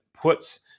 puts